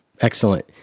Excellent